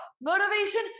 Motivation